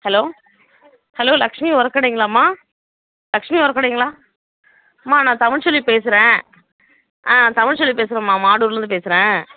hello hello Lakshmi உரக்கடைங்களாம்மா லக்ஷ்மி உரக்கடைங்களா ம்மா நான் தமிழ்செல்வி பேசுகிறேன் ஆ தமிழ்செல்வி பேசுகிறேம்மா மாடூரிலேருந்து பேசுகிறேன்